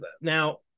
Now